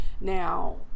Now